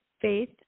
faith